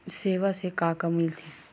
सेवा से का का मिलथे?